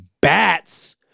bats